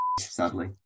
sadly